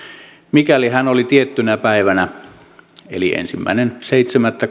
mikäli hän oli tiettynä päivänä eli ensimmäinen seitsemättä